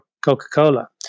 coca-cola